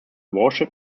warship